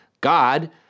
God